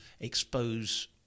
expose